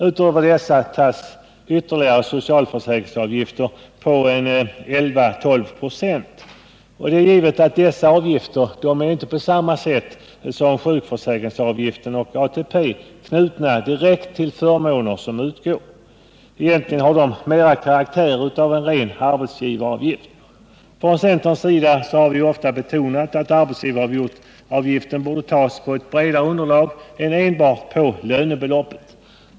Därutöver tas det ut ytterligare socialförsäkringsavgifter på ca 12 96, vilka inte på samma sätt som avgifterna för sjukförsäkring och ATP är knutna direkt till förmåner som utgår. Egentligen har dessa mera karaktär av ren arbetsgivaravgift. Från centerns sida har ofta betonats att arbetsgivaravgiften borde tas ut på ett bredare underlag än enbart lönebeloppet.